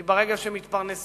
כי ברגע שמתפרנסים,